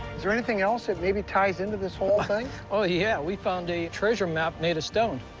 is there anything else that maybe ties into this whole thing oh, yeah. we found a treasure map made of stone.